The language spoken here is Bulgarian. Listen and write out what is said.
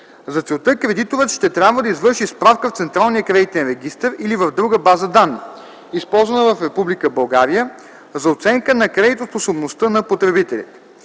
За целта кредиторът ще трябва да извърши справка в Централния кредитен регистър или в друга база данни, използвана в Република България, за оценка на кредитоспособността на потребителя.